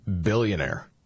billionaire